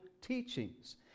teachings